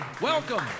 welcome